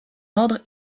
ordre